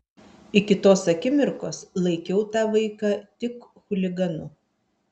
iki tos akimirkos laikiau tą vaiką tik chuliganu